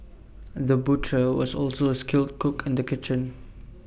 the butcher was also A skilled cook in the kitchen